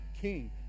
king